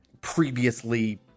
previously